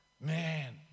Man